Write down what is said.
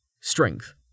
Strength